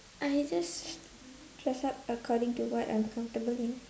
I just dress up according to what I'm comfortable in